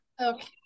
Okay